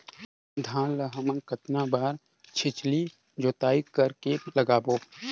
धान ला हमन कतना बार छिछली जोताई कर के लगाबो?